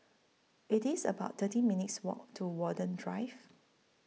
It's about thirteen minutes' Walk to Watten Drive